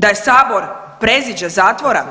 Da je sabor preziđe zatvora,